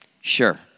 Sure